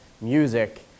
music